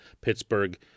Pittsburgh